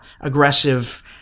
aggressive